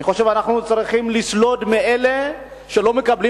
אני חושב שאנחנו צריכים לסלוד מאלה שלא מקבלים